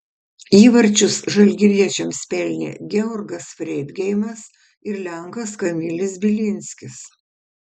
įvarčius žalgiriečiams pelnė georgas freidgeimas ir lenkas kamilis bilinskis